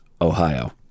Ohio